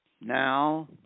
now